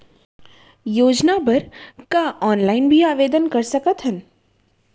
योजना बर का ऑनलाइन भी आवेदन कर सकथन?